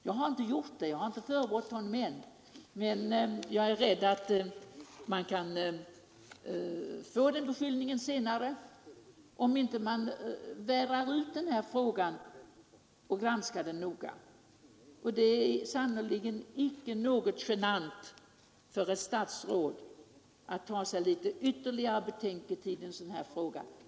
Jag har inte gjort det — jag har ännu inte förebrått statsrådet — men jag är rädd för att han senare kan råka ut för den beskyllningen om han inte vädrar ur den här frågan och granskar den noga. Det är sannerligen ingenting genant för ett statsråd att ta sig litet ytterligare betänketid i en sådan här fråga.